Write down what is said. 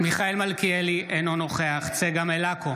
אינו נוכח צגה מלקו,